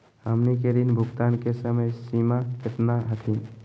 हमनी के ऋण भुगतान के समय सीमा केतना हखिन?